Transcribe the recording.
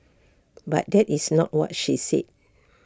but that is not what she said